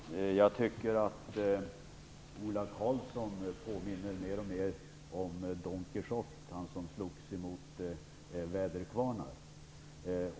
Herr talman! Jag tycker att Ola Karlsson påminner mer och mer om Don Quijote, han som slogs emot väderkvarnar.